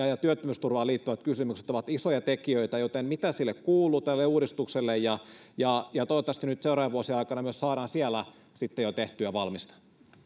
ja työttömyysturvaan liittyvät kysymykset ovat isoja tekijöitä joten mitä tälle uudistukselle kuuluu ja toivottavasti nyt seuraavien vuosien aikana myös saadaan siellä sitten jo tehtyä valmista